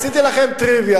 עשיתי לכם טריוויה,